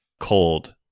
cold